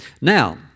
Now